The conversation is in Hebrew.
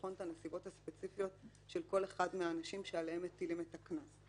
לבחון את הנסיבות הספציפיות של כל אחד מהאנשים שעליהם מטילים את הקנס.